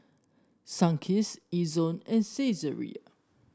Sunkist Ezion and Saizeriya